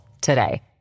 today